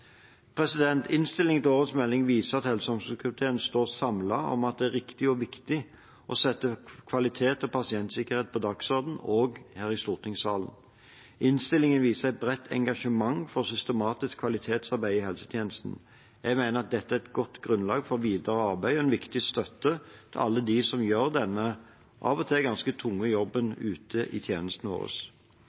til årets melding viser at helse- og omsorgskomiteen står samlet om at det er riktig og viktig å sette kvalitet og pasientsikkerhet på dagsordenen, også her i stortingssalen. Innstillingen viser et bredt engasjement for systematisk kvalitetsarbeid i helsetjenesten. Jeg mener at dette er et godt grunnlag for videre arbeid og en viktig støtte til alle dem som gjør denne av og til ganske tunge jobben ute i tjenestene våre.